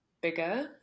bigger